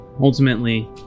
Ultimately